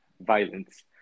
violence